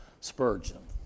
Spurgeon